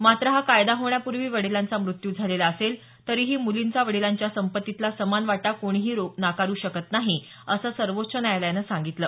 मात्र हा कायदा होण्यापूर्वी वडिलांचा मृत्यू झालेला असेल तरीही मुलींचा वडिलांच्या संपत्तीतला समान वाटा कोणी नाकारू शकत नाही असं सर्वोच्च न्यायालयानं सांगितलं